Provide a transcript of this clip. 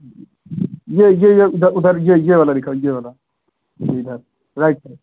जी ये ये ये उधर उधर ये ये वाला दिखाओ ये वाला ये इधर राइट साइड